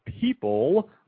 people